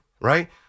right